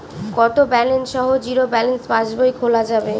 কত ব্যালেন্স সহ zero balance পাসবই খোলা যাবে?